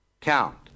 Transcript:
Count